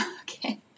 okay